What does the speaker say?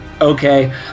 Okay